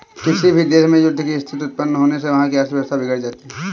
किसी भी देश में युद्ध की स्थिति उत्पन्न होने से वहाँ की अर्थव्यवस्था बिगड़ जाती है